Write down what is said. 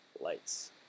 lights